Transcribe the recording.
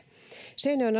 seinäjoen